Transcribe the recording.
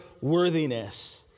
worthiness